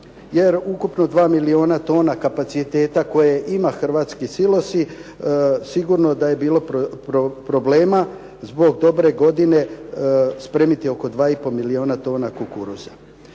jer ukupno 2 milijuna tona kapaciteta koje ima hrvatski silosi, sigurno da je bilo problema zbog dobre godine spremiti oko 2,5 milijuna tona kukuruza.